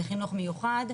חינוך מיוחד,